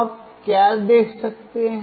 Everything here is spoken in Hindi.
तो आप क्या देख सकते हैं